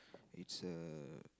it's a